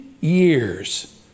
Years